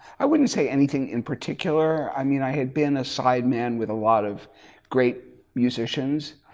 i wouldn't say anything in particular. i mean i had been a sideman with a lot of great musicians